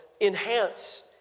enhance